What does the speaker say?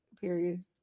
period